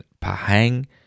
Pahang